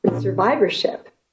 survivorship